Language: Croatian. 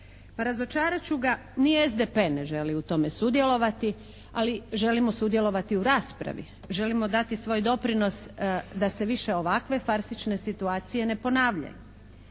Razočarat ću ga, ni SDP ne želi u tome sudjelovati, ali želimo sudjelovati u raspravi, želimo dati svoj doprinos da se više ovakve farsične situacije ne ponavljaju.